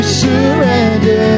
surrender